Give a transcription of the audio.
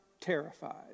terrified